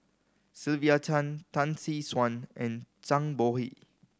Sylvia Tan Tan Tee Suan and Zhang Bohe